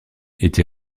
été